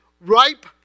ripe